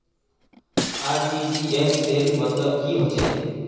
RTGS सेल मतलब की होचए?